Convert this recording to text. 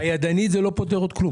הידני עוד לא פותר כלום.